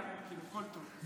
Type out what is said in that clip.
אני עד הלילה, הכול טוב.